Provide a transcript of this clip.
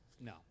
No